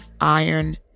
iron